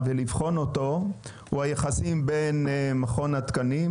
ולבחון אותו הוא היחסים בין מכון התקנים,